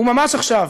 וממש עכשיו,